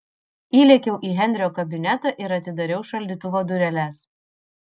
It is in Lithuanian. įlėkiau į henrio kabinetą ir atidariau šaldytuvo dureles